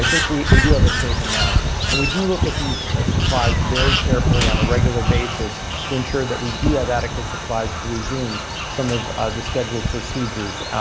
think we we do have a safe amount and we do look at these supplies very carefully on a regular basis to ensure that we do have adequate supplies to resume some of the scheduled procedures.